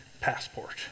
passport